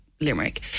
Limerick